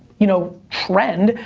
you know, trend,